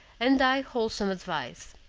and thy wholesome advice.